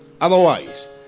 otherwise